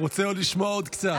הוא רוצה לשמוע עוד קצת.